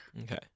Okay